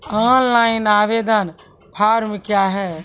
Online आवेदन form क्या हैं?